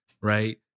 right